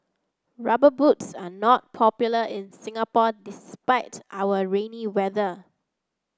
rubber boots are not popular in Singapore despite our rainy weather